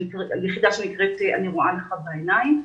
יחידה שנקראת "אני רואה לך בעיניים",